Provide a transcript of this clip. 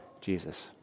Jesus